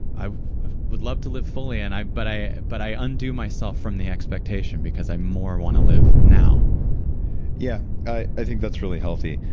i ah would love to live fully, and but i but i undo myself from the expectation, because i more want to live now yeah. i think that's really healthy.